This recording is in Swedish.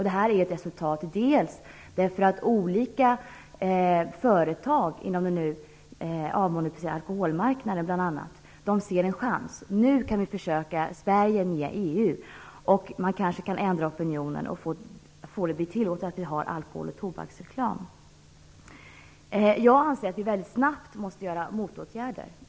Det här är ett resultat som delvis har sin grund i att olika företag på den nu avmonopoliserade alkoholmarknaden nu ser en chans: Nu kan vi försöka - Sverige är ju med i EU. Man hoppas också på att kunna ändra opinionen och få alkohol och tobaksreklam att bli tillåten. Jag anser att vi väldigt snabbt måste vidta motåtgärder.